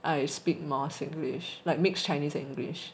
I speak more singlish like mix chinese and english